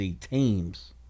teams